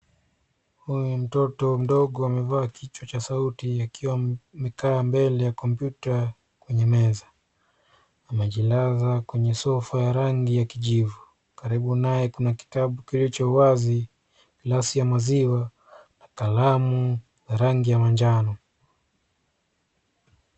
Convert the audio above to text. Huyu ni mtoto mdogo amevaa kichwa cha sauti akiwa ameka mbele ya kompyuta kwenye meza. Amejilaza kwenye sofa ya rangi ya kijivu. Karibu naye kuna kitabu kilicho wazi, glasi ya maziwa na kalamu ya rangi ya manjano.